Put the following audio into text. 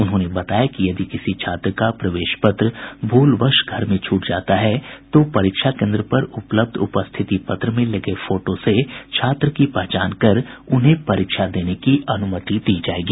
उन्होंने बताया कि यदि किसी छात्र का प्रवेश पत्र भूलवश घर में छूट जाता है तो परीक्षा केन्द्र पर उपलब्ध उपस्थिति पत्र में लगे फोटो से छात्र की पहचान कर उन्हें परीक्षा देने की अनुमति दी जायेगी